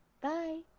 Bye